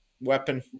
weapon